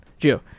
Gio